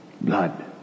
Blood